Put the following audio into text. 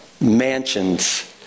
mansions